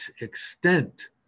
extent